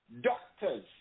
doctors